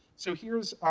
so here's